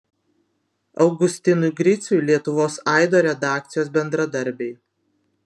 augustinui griciui lietuvos aido redakcijos bendradarbiai